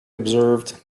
observed